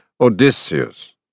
Odysseus